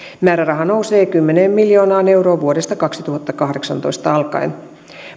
määräraha nousee kymmeneen miljoonaan euroon vuodesta kaksituhattakahdeksantoista alkaen